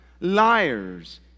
liars